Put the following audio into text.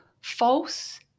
false